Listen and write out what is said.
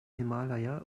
himalaya